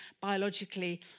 biologically